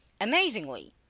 Amazingly